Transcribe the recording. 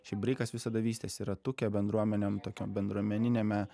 šiaip breikas visada vystėsi ratuke bendruomenėm tokiom bendruomeniniame